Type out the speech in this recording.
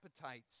appetites